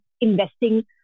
investing